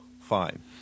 fine